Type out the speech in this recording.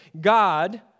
God